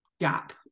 gap